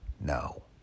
No